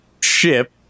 ship